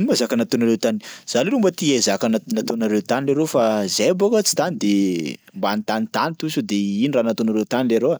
ino moa zaka nataonareo tany? Za leroa mba te hay zaka na- nataonareo tany leroa fa zay bôka tsy tany de mba anontanintany to sao de ino raha nataonareo tany leroa?